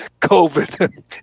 COVID